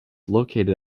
located